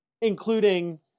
including